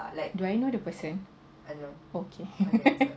do I know the person oh okay